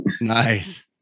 Nice